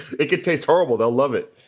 it could taste horrible. they'll love it